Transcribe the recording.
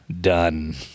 Done